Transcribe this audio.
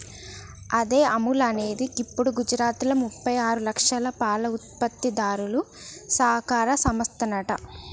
అదే అముల్ అనేది గిప్పుడు గుజరాత్లో ముప్పై ఆరు లక్షల పాల ఉత్పత్తిదారుల సహకార సంస్థనంట